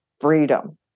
freedom